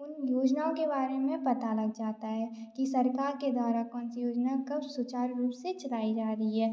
उन योजनाओं के बारे में पता लग जाता है कि सरकार के द्वारा कौन सी योजनऍं कब सुचारू रूप से चलाई जा रही है